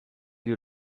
you